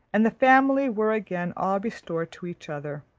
and the family were again all restored to each other,